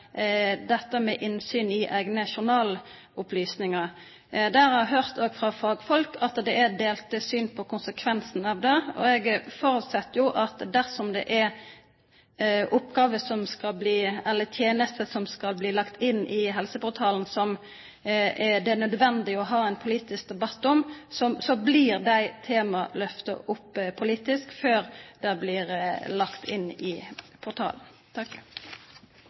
dette med innsyn i egne journalopplysninger. Jeg har hørt fra fagfolk at det er delte syn på konsekvensene av det, og jeg forutsetter at dersom det er tjenester som skal bli lagt inn i helseportalen som det er nødvendig å ha en politisk debatt om, så blir de temaene løftet opp politisk før de blir lagt inn i portalen.